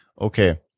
okay